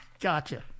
Gotcha